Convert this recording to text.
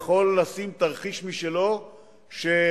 יכול לשים תרחיש משלו שיתמוך